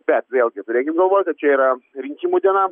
bet vėlgi turėkim galvoj kad čia yra rinkimų diena